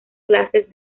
clases